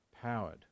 powered